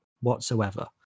whatsoever